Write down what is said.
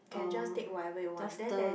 can just take whatever you want then there is